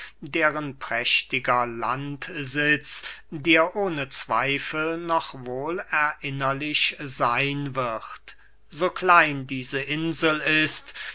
deren prächtiger landsitz dir ohne zweifel noch wohl erinnerlich seyn wird so klein diese insel ist